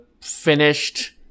finished